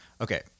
Okay